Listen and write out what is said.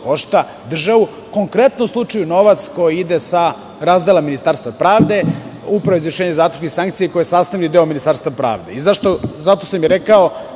košta državu. U konkretnom slučaju novac koji ide sa razdela Ministarstva pravde Upravi za izvršenje zatvorskih sankcija koja je sastavni deo Ministarstva pravde. Zato sam i rekao